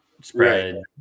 Spread